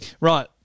Right